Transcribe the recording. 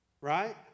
right